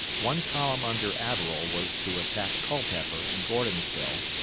one column under averell was to attack culpeper and gordonsville,